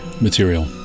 material